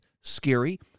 scary